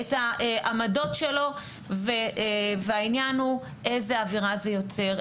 את העמדות שלו והעניין הוא איזה אווירה זה יוצר,